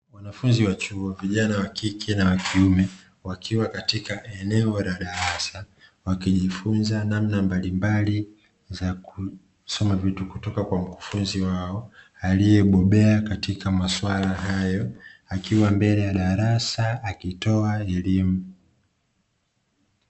Wanafunzi wa chuo vijana wa kike na wa kiume, wakiwa katika eneo la darasa wakijifunza namna mbalimbali za kusoma vitu, kutoka kwa mkufunzi wao aliyebobea katika masuala hayo, akiwa mbele ya darasa akitoa elimu.